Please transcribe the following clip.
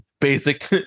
basic